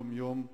יום יום.